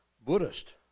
Buddhist